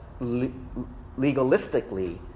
legalistically